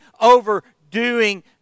overdoing